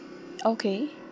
okay